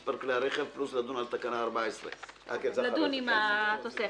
2, לדון עם התוספת.